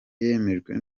yemejwe